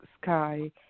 sky